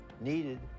needed